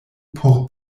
por